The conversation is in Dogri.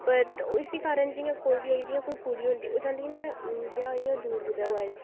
पर इसी कारण जि'यां कोई बी होऐ जि'यां कोई कुड़ी होंदी ओह् चाहंदी कि मेरा ब्याह् इ'यां गै दूर कुतै होऐ